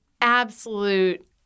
absolute